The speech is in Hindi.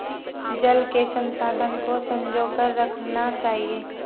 जल के संसाधन को संजो कर रखना चाहिए